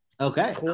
Okay